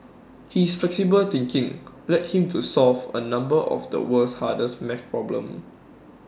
his flexible thinking led him to solve A number of the world's hardest math problems